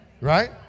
Right